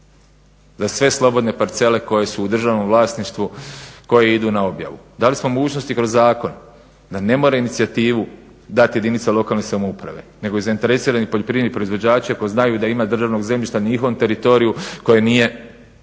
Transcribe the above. da sve slobodne parcele koje su u državnom vlasništvu koje idu na objavu. Dali smo mogućnost i kroz zakon da ne mora inicijativu dati jedinica lokalne samouprave nego zainteresirani poljoprivredni proizvođači ako znaju da ima državnog zemljišta na njihovom teritoriju koje nije